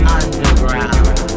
underground